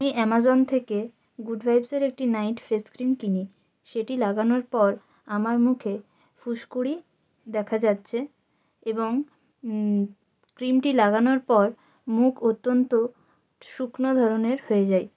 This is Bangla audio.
আমি অ্যামাজন থেকে গুড ভাইবসের একটি নাইট ফেস ক্রিম কিনি সেটি লাগানোর পর আমার মুখে ফুসকুড়ি দেখা যাচ্ছে এবং ক্রিমটি লাগানোর পর মুখ অত্যন্ত শুকনো ধরনের হয়ে যায়